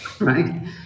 right